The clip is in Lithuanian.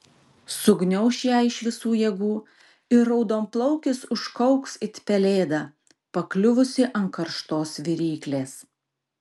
sugniauš ją iš visų jėgų ir raudonplaukis užkauks it pelėda pakliuvusi ant karštos viryklės